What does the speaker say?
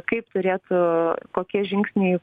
kaip turėtų kokie žingsniai